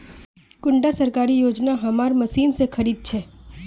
कुंडा सरकारी योजना हमार मशीन से खरीद छै?